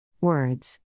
Words